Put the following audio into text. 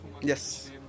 Yes